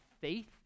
faith